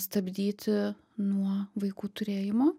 stabdyti nuo vaikų turėjimo